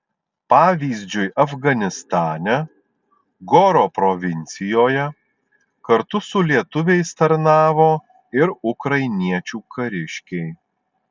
pavyzdžiui afganistane goro provincijoje kartu su lietuviais tarnavo ir ukrainiečių kariškiai